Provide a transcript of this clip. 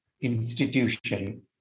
institution